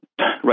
right